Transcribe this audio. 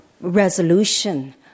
resolution